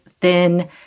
thin